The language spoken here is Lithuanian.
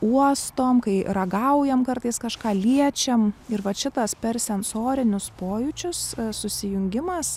uostom kai ragaujam kartais kažką liečiam ir vat šitas per sensorinius pojūčius susijungimas